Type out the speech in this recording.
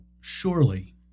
surely